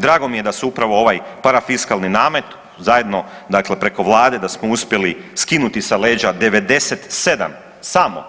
Drago mi je da su upravo ovaj parafiskalni namet zajedno dakle preko vlade da smo uspjeli skinuti s leđa 97 samo